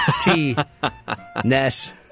T-ness